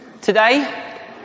today